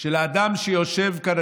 של האדם שיושב כאן,